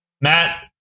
Matt